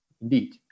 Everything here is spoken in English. indeed